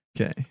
Okay